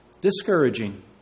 discouraging